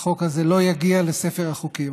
והחוק הזה לא יגיע לספר החוקים.